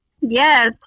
Yes